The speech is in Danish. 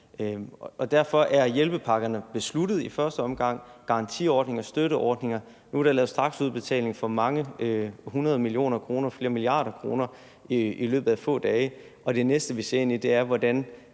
Derfor er hjælpepakkerne i første omgang besluttet som garantiordninger og støtteordninger. Nu er der lavet straksudbetalinger for flere milliarder kroner i løbet af få dage, og det næste, vi ser ind i, er, hvordan